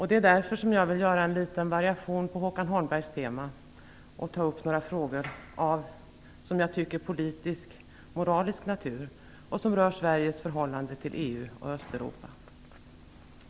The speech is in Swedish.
Det är därför som jag vill göra en liten variation på Håkan Holmbergs tema och ta upp några frågor av politisk-moralisk natur som rör Sveriges förhållande till EU och Östeuropa.